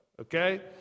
okay